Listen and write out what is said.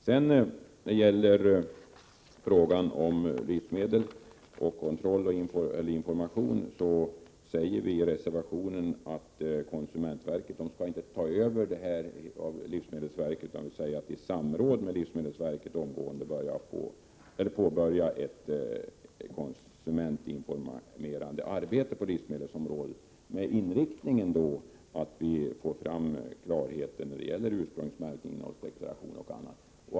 När det gäller frågan om kontroll av och information om livsmedel säger vi i reservationen inte att konsumentverket skall ta över det hela från livsmedelsverket utan att konsumentverket i samråd med livsmedelsverket omedelbart skall påbörja ett konsumentinformerande arbete på livsmedelsområdet med inriktning på bl.a. ursprungsmärkning och innehållsdeklarationer.